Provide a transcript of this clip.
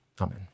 amen